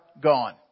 gone